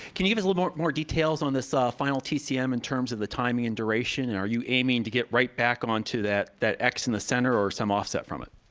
can you give us a little more details on this ah final tcm in terms of the timing and duration, and are you aiming to get right back onto that that x in the center, or some offset from it?